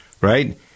right